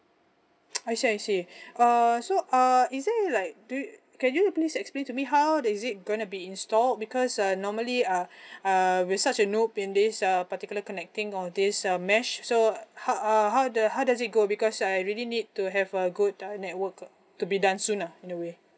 I see I see err so err is it like do can you please explain to me how is it gonna be installed because uh normally uh uh we're such a noob in this uh particular connecting on this uh mesh so uh ho~ err how the how does it go because I really need to have a good uh network uh to be done soon lah in a way